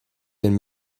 been